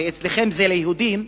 ואליכם זה ליהודים,